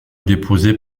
déposée